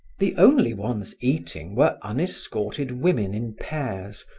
the only ones eating were unescorted women in pairs,